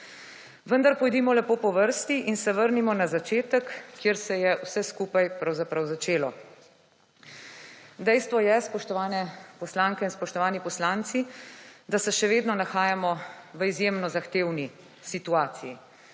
Vendar pojdimo lepo po vrsti in se vrnimo na začetek, kjer se je vse skupaj pravzaprav začelo. Dejstvo je, spoštovane poslanke in spoštovani poslanci, da se še vedno nahajamo v izjemno zahtevni situaciji